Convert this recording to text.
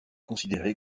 considéré